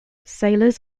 sailors